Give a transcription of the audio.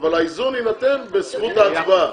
אבל האיזון יינתן בסביבות ההצבעה.